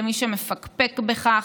למי שמפקפק בכך,